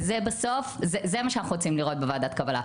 ואת זה אנחנו רוצים לראות בוועדת קבלה,